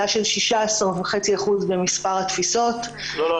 יש עלייה של 16.5% במספר התפיסות -- לא,